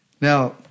Now